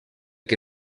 que